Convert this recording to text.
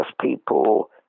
people